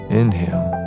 inhale